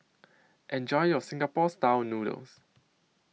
Enjoy your Singapore Style Noodles